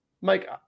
Mike